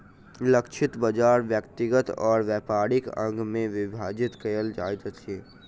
लक्षित बाजार व्यक्तिगत और व्यापारिक अंग में विभाजित कयल जाइत अछि